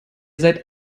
seid